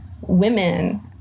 women